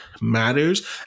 matters